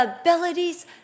abilities